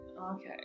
okay